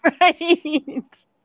Right